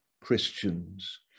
Christians